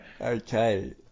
Okay